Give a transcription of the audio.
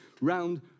round